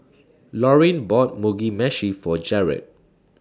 Laurine bought Mugi Meshi For Jarod